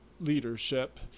leadership